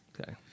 Okay